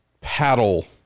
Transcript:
paddle